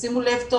ושימו טוב לב,